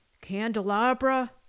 candelabra